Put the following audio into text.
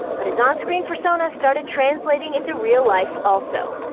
but his on-screen persona started translating into real-life, also.